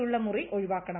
യുള്ള മുറി ഒഴിവാക്കണം